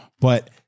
but-